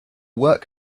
work